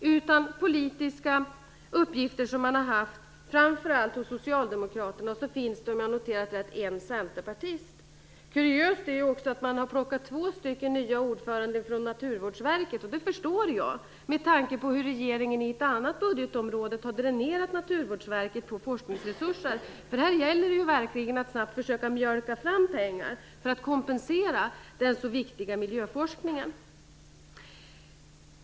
Det gör i stället de politiska uppgifter man har haft inom framför allt socialdemokratin. Det finns också, om jag har noterat rätt, en centerpartist. Kuriöst är också att man har plockat två nya ordföranden från Naturvårdsverket. Det förstår jag, med tanke på hur regeringen på ett annat budgetområde har dränerat Naturvårdsverket på forskningsresurser. Här gäller det ju verkligen att snabbt försöka mjölka fram pengar för att kompensera den så viktiga miljöforskningen.